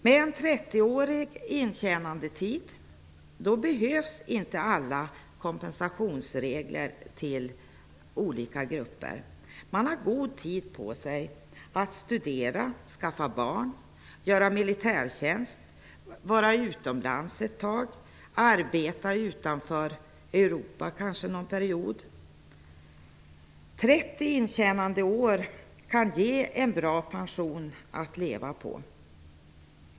Med en 30-årig intjänandetid behövs inte alla kompensationsregler för olika grupper. Man har god tid på sig för att studera, skaffa barn, göra militärtjänst, vara utomlands ett tag eller kanske arbeta utanför Europa någon period. 30 intjänandeår kan ge en bra pension att leva på.